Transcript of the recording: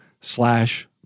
slash